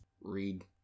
read